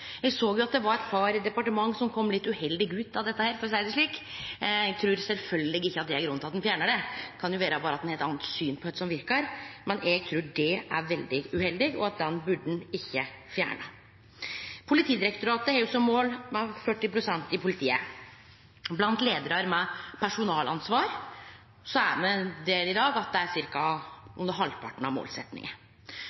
var eit par departement som kom litt uheldig ut av dette, for å seie det slik. Eg trur sjølvsagt ikkje at det er grunnen til at ein fjernar det – det kan jo vere at ein berre har eit anna syn på kva som verkar. Men eg trur at det er veldig uheldig, og at dette burde ein ikkje fjerne. Politidirektoratet har mål om 40 pst. kvinner i politiet. Blant leiarar med personalansvar er me der i dag at det er